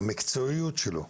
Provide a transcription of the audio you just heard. שהמקצועיות שלו,